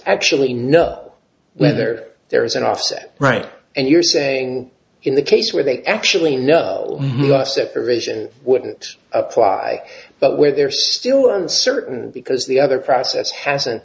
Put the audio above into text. actually know whether there is an offset right and you're saying in the case where they actually know the separation wouldn't apply but where they're still uncertain because the other process hasn't